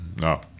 no